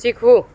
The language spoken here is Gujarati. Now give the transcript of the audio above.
શીખવું